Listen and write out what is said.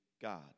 God